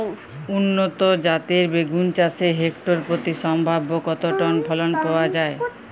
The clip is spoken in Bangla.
উন্নত জাতের বেগুন চাষে হেক্টর প্রতি সম্ভাব্য কত টন ফলন পাওয়া যায়?